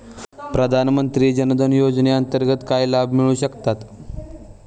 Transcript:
प्रधानमंत्री जनधन योजनेअंतर्गत काय लाभ मिळू शकतात?